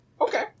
okay